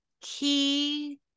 key